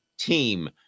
team